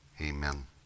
amen